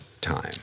time